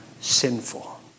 sinful